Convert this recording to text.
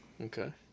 okay